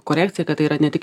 korekcija kad tai yra ne tik